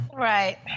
Right